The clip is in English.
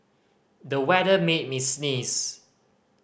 the weather made me sneeze